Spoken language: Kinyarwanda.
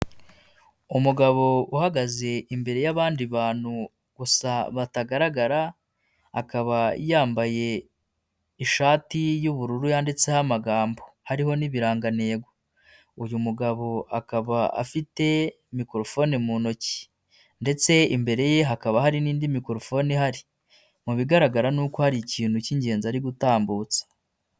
Umugabo uhagaze imbere y'abandi bantu gusa batagaragara, akaba yambaye ishati y'ubururu yanditseho amagambo hariho n'ibiraneyego. Uyu mugabo akaba afite microphone mu ntoki, ndetse imbere ye hakaba hari n'indi mikorofone ihari. Mu bigaragara ni uko hari ikintu cy'ingenzi ari gutambutsa.